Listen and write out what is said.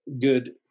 good